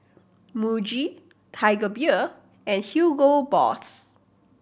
Muji Tiger Beer and Hugo Boss